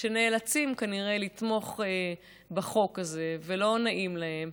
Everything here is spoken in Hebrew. שנאלצים כנראה לתמוך בחוק הזה ולא נעים להם.